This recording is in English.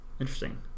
Interesting